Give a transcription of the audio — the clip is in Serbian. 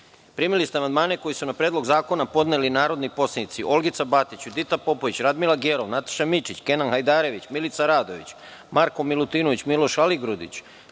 SUDIJAMAPrimili ste amandmane koje su na Predlog zakona podneli narodni poslanici: Olgica Batić, Judita Popović, Radmila Gerov, Nataša Mićić, Kenan Hajdarević, Milica Radović, Marko Milutinović, Miloš Aligrudić,